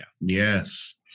Yes